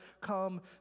come